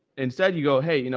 instead you go, hey, you know